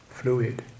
fluid